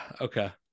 Okay